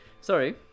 Sorry